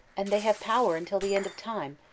and they have power until the end of time,